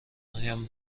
هایم